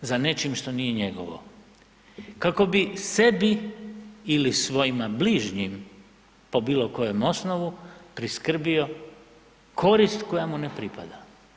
za nečim što nije njegovo kako bi sebi ili svojim bližnjim, po bilo kojem osnovu, priskrbio korist koja mu ne pripada.